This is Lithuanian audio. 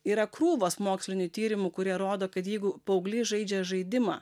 yra krūvos mokslinių tyrimų kurie rodo kad jeigu paauglys žaidžia žaidimą